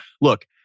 look